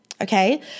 okay